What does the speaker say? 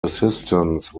assistance